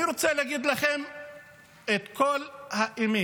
אני רוצה להגיד לכם את כל האמת.